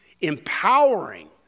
empowering